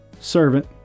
servant